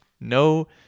no